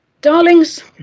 Darlings